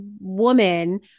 woman